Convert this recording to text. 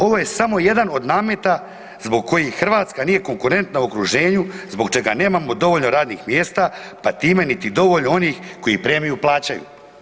Ovo je samo jedan od nameta zbog kojih Hrvatska nije konkurentna u okruženju, zbog čega nemamo dovoljno radnih mjesta pa time niti dovoljno onih koji premiju plaćaju.